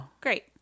Great